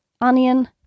onion